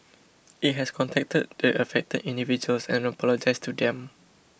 it has contacted the affected individuals and apologised to them